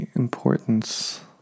importance